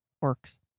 works